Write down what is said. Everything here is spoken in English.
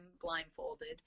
blindfolded